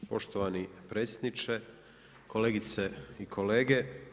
Poštovani predsjedniče, kolegice i kolege.